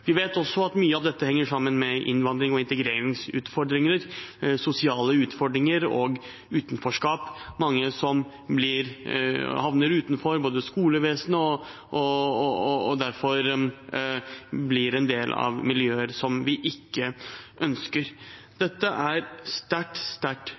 Vi vet at mye av dette henger sammen med innvandrings- og integreringsutfordringer, sosiale utfordringer og utenforskap, at mange havner utenfor skolevesenet og derfor blir en del av miljøer som vi ikke ønsker. Dette er sterkt